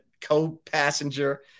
co-passenger